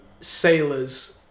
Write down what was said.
sailors